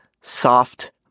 soft